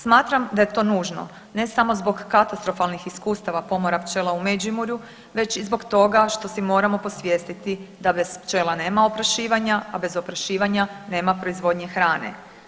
Smatram da je to nužno ne samo zbog katastrofalnih iskustava pomora pčela u Međimurju već i zbog toga što si moramo posvijestiti da bez pčela nema oprašivanja, a bez oprašivanja nema proizvodnje hrane.